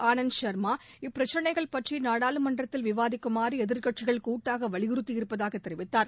ஆனந்த் இப்பிரச்சினைகள் பற்றி நாடாளுமன்றத்தில் விவாதிக்குமாறு எதிர்க்கட்சிகள் கூட்டாக சர்மா வலியுறுத்தவிருப்பதாக தெரிவித்தார்